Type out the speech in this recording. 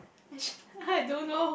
which I don't know